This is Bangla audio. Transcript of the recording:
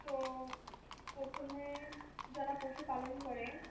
তো প্রথমে যারা পশুপালন করে